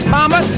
Mama